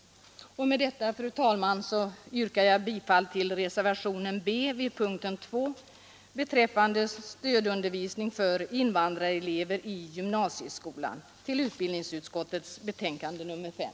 Med detta, fru talman, yrkar jag bifall till reservationen B vid punkten 2 beträffande stödundervisning för invandrarelever i gymnasieskolan i utbildningsutskottets betänkande nr 5.